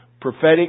Prophetic